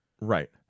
Right